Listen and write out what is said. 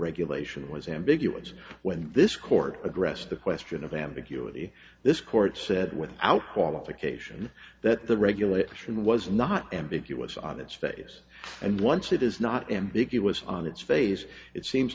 regulation was ambiguous when this court addressed the question of ambiguity this court said without qualification that the regulation was not ambiguous on its face and once it is not ambiguous on its face it seems